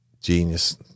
Genius